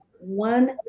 one